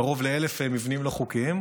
קרוב ל-1,000 מבנים לא חוקיים,